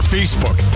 Facebook